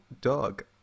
dog